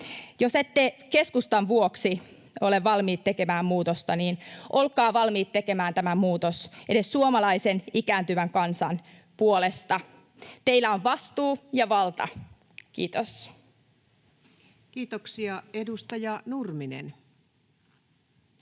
Jos ette keskustan vuoksi ole valmiit tekemään muutosta, niin olkaa valmiit tekemään tämä muutos edes suomalaisen ikääntyvän kansan puolesta. Teillä on vastuu ja valta. — Kiitos. Kiitoksia. — Edustaja Nurminen.